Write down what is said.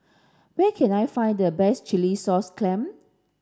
where can I find the best Chilli Sauce Clam